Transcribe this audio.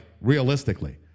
realistically